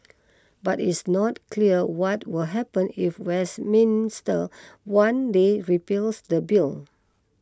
but it is not clear what will happen if Westminster one day repeals the bill